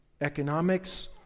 economics